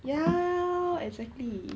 ya exactly